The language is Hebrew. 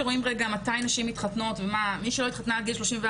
כשרואים מתי נשים מתחתנות מי שלא התחתנה עד גיל 34